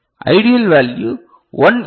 ideal value 1 L